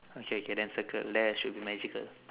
okay okay then circle leh should be magical